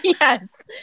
yes